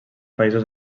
països